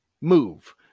move